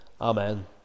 Amen